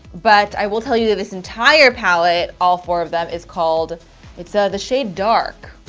but i will tell you that this entire palette all four of them is called it's ah the shade dark.